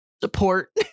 support